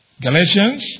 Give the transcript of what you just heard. Galatians